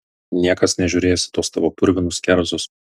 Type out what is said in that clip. niekas nežiūrės į tuos tavo purvinus kerzus